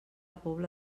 pobla